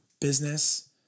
business